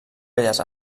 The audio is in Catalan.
belles